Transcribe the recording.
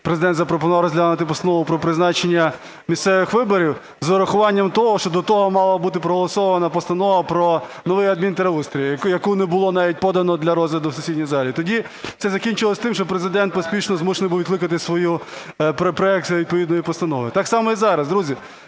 Президент запропонував розглянути Постанову про призначення місцевих виборів з урахуванням того, що до того мала бути проголосована постанова про новий адмінтерустрій, яку не було навіть подано для розгляду в сесійній залі. Тоді це закінчилось тим, що Президент поспішно змушений був відкликати проект відповідної постанови. Так само і зараз. Друзі,